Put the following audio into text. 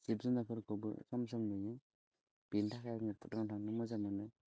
जिब जुनारफोरखौबो सम सम नुयो बेनि थाखाय आङो भुटानाव थांनो मोजां मोनो